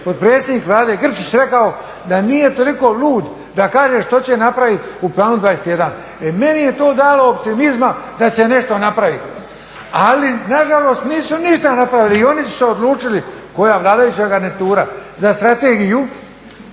potpredsjednik Vlade Grčić rekao da nije toliko lud da kaže što će napraviti u Planu 21. E meni je to dalo optimizma da će se nešto napraviti. Ali nažalost, nisu ništa napravili i oni su se odlučili, koja, vladajuća garnitura, za strategiju